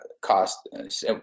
cost